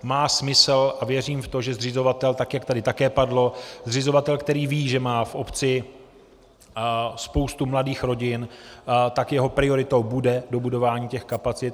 Má smysl a věřím v to, že zřizovatel, tak jak tady také padlo, který ví, že má v obci spoustu mladých rodin, tak jeho prioritou bude dobudování těch kapacit.